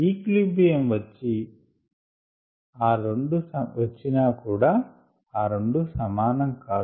equilibrium వచ్చి నా రెండూ సమానం కాదు